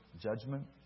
judgment